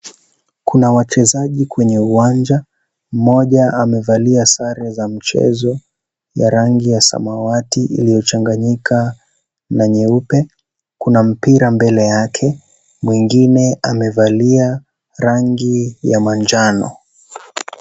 Kuna wachezaji kwenye uwanja, mmoja amevalka sare za mchezo ya rangi ya samawati iliyochanganyika na nyeupe, kuna mpira mbele yake, mwingine amevalia rangi ya manjano.